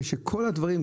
כשכל הדברים,